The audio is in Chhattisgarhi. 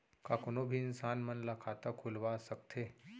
का कोनो भी इंसान मन ला खाता खुलवा सकथे?